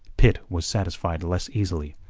pitt was satisfied less easily.